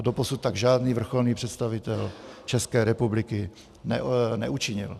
Doposud tak žádný vrcholný představitel České republiky neučinil.